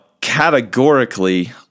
categorically